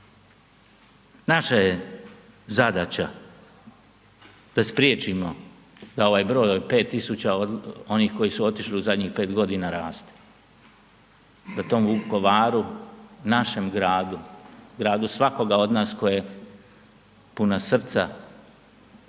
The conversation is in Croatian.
Naša je zadaća da spriječimo da ovaj broj od 5 tisuća onih koji su otišli u zadnjih 5 godina raste. Da tom Vukovaru, našem gradu, gradu svakoga od nas koje puna srca